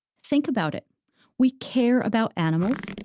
think about it we care about animals,